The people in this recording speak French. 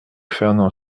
fernand